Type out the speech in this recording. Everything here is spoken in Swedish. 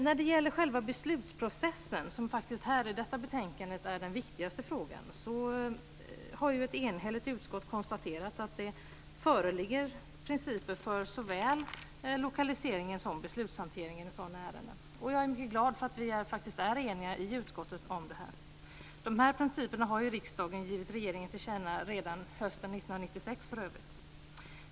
När det gäller själva beslutsprocessen, som faktiskt är den viktigaste frågan i detta betänkande, har ett enhälligt utskott konstaterat att det föreligger principer för såväl lokaliseringen som beslutshanteringen i sådana ärenden. Jag är mycket glad för att vi faktiskt är eniga i utskottet om detta. Dessa principer har riksdagen givit regeringen till känna redan hösten 1996, för övrigt.